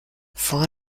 vor